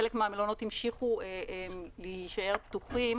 חלק מהמלונות המשיכו להישאר פתוחים